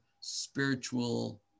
spiritual